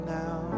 now